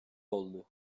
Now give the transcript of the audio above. oldu